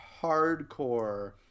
hardcore